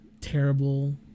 terrible